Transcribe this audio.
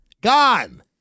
Gone